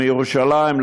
מירושלים,